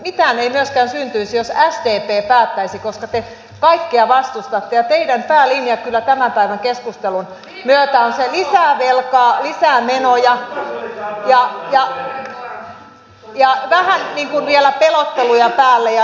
mitään ei myöskään syntyisi jos sdp päättäisi koska te kaikkea vastustatte ja teidän päälinjanne kyllä tämän päivän keskustelun myötä on se että lisää velkaa lisää menoja ja vähän niin kuin vielä pelotteluja päälle ja lisää veroja